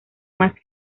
más